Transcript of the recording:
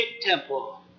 temple